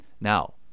Now